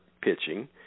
pitching